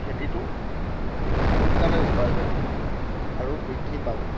খেতিটো সোনকালে উপাৰ্জন হ'ব আৰু বৃদ্ধি পাব